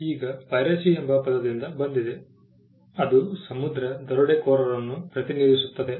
ಈಗ piracy piracy ಎಂಬ ಪದದಿಂದ ಬಂದಿದೆ ಅದು ಸಮುದ್ರ ದರೋಡೆಕೋರನನ್ನು ಪ್ರತಿನಿಧಿಸುತ್ತದೆ